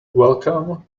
welcome